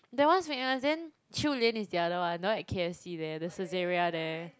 that one famous then Qiu-Lian is the other one the one at k_f_c there the Saizeriya there